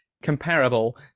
comparable